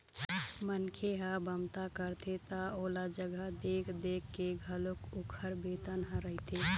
मनखे ह बमता करथे त ओला जघा देख देख के घलोक ओखर बेतन ह रहिथे